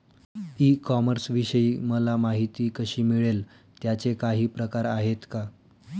E कॉमर्सविषयी मला माहिती कशी मिळेल? त्याचे काही प्रकार आहेत का?